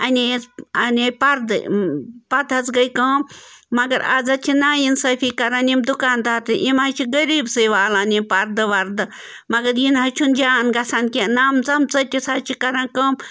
اَنے اَسہِ اَنے پردٕ پَتہٕ حظ گٔے کٲم مگر آز حظ چھِ نا اِنصٲفی کَران یِم دُکاندار تہِ یِم حظ چھِ غریٖب سٕے والان یہِ پردٕ وردٕ مگر یہِ نَہ حظ چھُنہٕ جان گَژھان کیٚنٛہہ نَم ژم ژٔٹِتھ حظ چھِ کَران کٲم